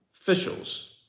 officials